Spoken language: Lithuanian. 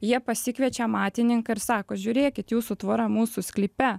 jie pasikviečia amatininką ir sako žiūrėkit jūsų tvora mūsų sklype